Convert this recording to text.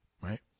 right